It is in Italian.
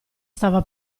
stava